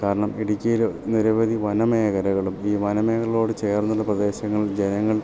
കാരണം ഇടുക്കിയിൽ നിരവധി വനമേഘലകളും ഈ വനമേഘലകളോട് ചേർന്നുള്ള പ്രദേശങ്ങൾ ജനങ്ങൾ